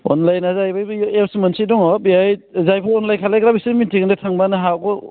अनलाइनआ जाहैबाय बै एफ्स मोनसे दङ बेहाय जायफोर अनलाइन खालायग्रा बिसोर मिथिगोन दे थांबानो हाखौ